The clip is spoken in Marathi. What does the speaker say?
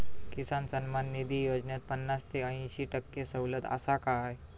किसान सन्मान निधी योजनेत पन्नास ते अंयशी टक्के सवलत आसा काय?